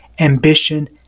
ambition